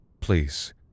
Please